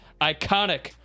ICONIC